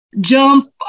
jump